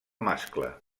mascle